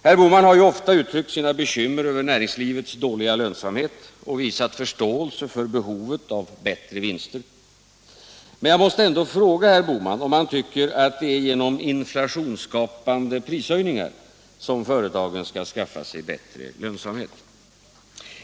Herr Bohman har ju ofta uttryckt sina bekymmer över näringslivets dåliga lönsamhet och visat förståelse för behovet av bättre vinster, men jag måste ändå fråga herr Bohman, om han tycker att det är genom inflationsskapande prishöjningar som företagen skall skaffa sig bättre lönsamhet.